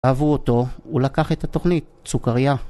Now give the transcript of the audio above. אהבו אותו, הוא לקח את התוכנית. סוכריה.